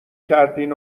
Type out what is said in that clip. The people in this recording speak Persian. کردین